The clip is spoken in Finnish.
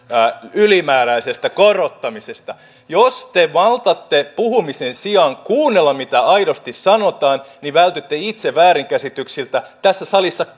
ylimääräisestä korottamisesta jos te maltatte puhumisen sijaan kuunnella mitä aidosti sanotaan niin vältytte itse väärinkäsityksiltä tässä salissa